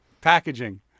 Packaging